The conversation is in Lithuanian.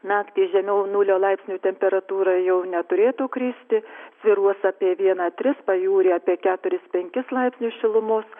naktį žemiau nulio laipsnių temperatūra jau neturėtų kristi svyruos apie vieną tris pajūryje apie keturis penkis laipsnius šilumos